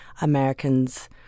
Americans